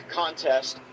contest